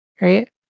Right